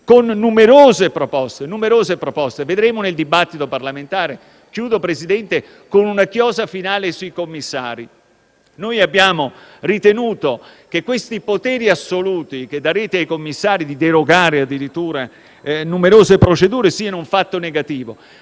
con numerose proposte; vedremo nel dibattito parlamentare. Signor Presidente, chiudo con una chiosa finale sui commissari. Noi abbiamo ritenuto che i poteri assoluti che darete ai commissari di derogare numerose procedure sia un fatto negativo.